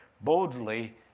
boldly